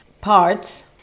parts